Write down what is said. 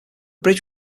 bridge